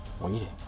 waiting